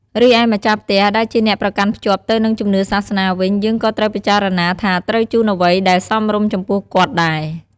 រីឯម្ចាស់ផ្ទះដែលជាអ្នកប្រកាន់ភ្ជាប់ទៅនឹងជំនឿសាសនាវិញយើងក៏ត្រូវពិចារណាថាត្រូវជូនអ្វីដែលសមរម្យចំពោះគាត់ដែរ។